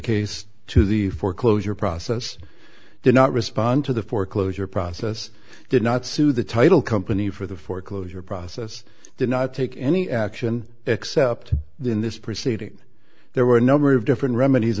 case to the foreclosure process did not respond to the foreclosure process did not sue the title company for the foreclosure process did not take any action except in this proceeding there were a number of different remedies